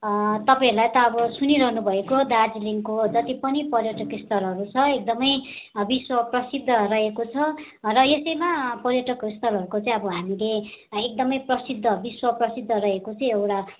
तपाईँहरूले त अब सुनिरहनु भएको दार्जिलिङको जति पनि पर्यटक स्थलहरू छ एकदमै विश्वप्रसिद्ध रहेको छ र यसैमा पर्यटक स्थलहरूको चाहिँ हामीले एकदमै प्रसिद्ध विश्वप्रसिद्ध रहेको चाहिँ एउटा